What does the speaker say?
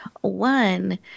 one